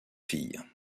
filles